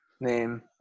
name